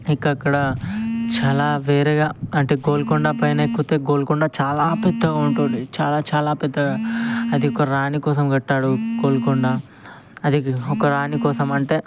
ఇంక అక్కడ చాలా వేరేగా అంటే గోల్కొండ పైనెక్కితే గోల్కొండ చాలా పెద్దగా ఉంటుంది చాలా చాలా పెద్దగా అది ఒక రాణి కోసం కట్టాడు గోల్కొండ అది ఒక రాణి కోసం అంటే